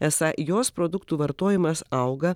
esą jos produktų vartojimas auga